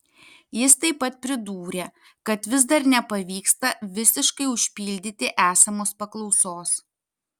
jis taip pat pridūrė kad vis dar nepavyksta visiškai užpildyti esamos paklausos